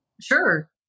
Sure